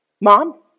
Mom